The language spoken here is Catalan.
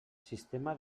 sistema